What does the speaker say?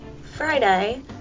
Friday